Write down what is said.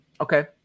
Okay